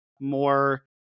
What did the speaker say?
more